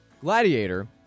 Gladiator